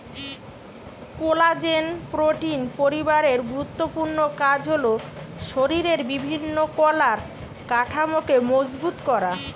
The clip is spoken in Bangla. কোলাজেন প্রোটিন পরিবারের গুরুত্বপূর্ণ কাজ হল শরিরের বিভিন্ন কলার কাঠামোকে মজবুত করা